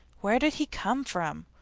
where did he come from?